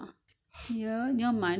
must go to the market